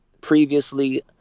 previously